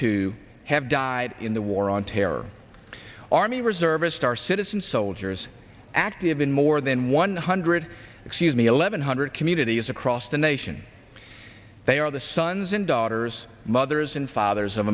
two have died in the war on terror army reserve star citizen soldiers active in more than one hundred excuse me eleven hundred communities across the nation they are the sons and daughters mothers and fathers of